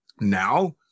Now